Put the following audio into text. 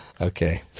Okay